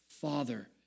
father